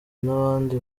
n’abandi